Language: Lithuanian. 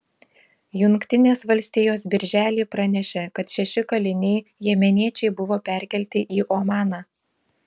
jungtinės valstijos birželį pranešė kad šeši kaliniai jemeniečiai buvo perkelti į omaną